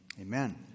Amen